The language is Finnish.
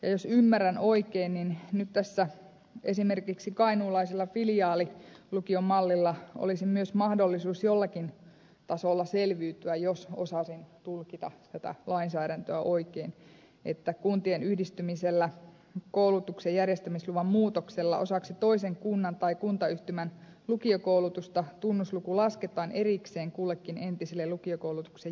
jos ymmärrän oikein niin nyt tässä esimerkiksi kainuulaisella filiaalilukion mallilla olisi myös mahdollisuus jollakin tasolla selviytyä jos osasin tulkita tätä lainsäädäntöä oikein että kuntien yhdistymisellä koulutuksen järjestämisluvan muutoksella osaksi toisen kunnan tai kuntayhtymän lukiokoulutusta tunnusluku lasketaan erikseen kullekin entiselle lukiokoulutuksen järjestäjälle